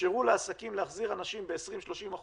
תאפשרו לעסקים להחזיר אנשים ב-20%, 30%,